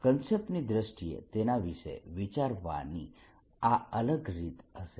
કન્સેપ્ટની દ્રષ્ટિએ તેના વિશે વિચારવાની આ અલગ રીત હશે